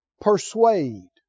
persuade